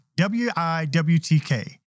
W-I-W-T-K